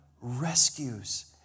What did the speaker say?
rescues